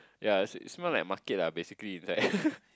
yea it's it's smell like market lah basically is like